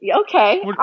Okay